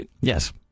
Yes